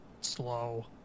slow